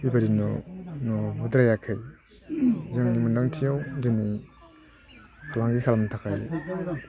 बेबायदिनो नुबोद्रायाखै जोंनि मोनदांथियाव दिनै फालांगि खालामनो थाखाय